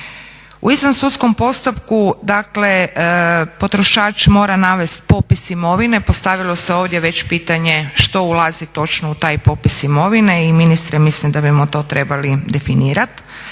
U izvansudskom postupku dakle potrošač mora navest popis imovine, postavilo se ovdje već pitanje što ulazi točno u taj popis imovine i ministre mislim da bimo to trebali definirat,